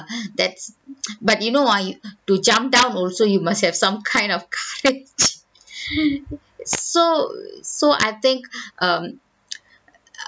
that's but you know ah you~ to jump down also you must have some kind of courage so so I think um